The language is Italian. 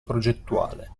progettuale